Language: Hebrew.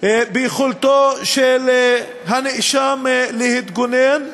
ליכולתו של הנאשם להתגונן,